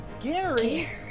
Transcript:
Gary